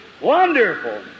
Wonderful